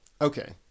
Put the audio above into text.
Okay